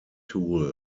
tool